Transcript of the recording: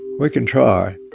we can try.